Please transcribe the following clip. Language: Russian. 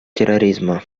терроризма